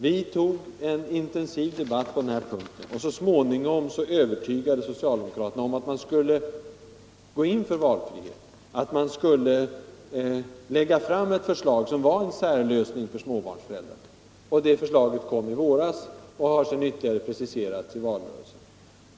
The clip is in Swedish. Vi tog en intensiv debatt på den här punkten, och så småningom övertygade vi socialdemokraterna om att man skulle gå in för valfrihet och att man skulle lägga fram ett förslag som var en särlösning för småbarnsföräldrar. Det förslaget kom i våras och har sedan vtterligare preciserats i valrörelsen.